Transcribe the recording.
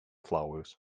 flowers